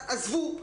עזבו,